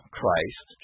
Christ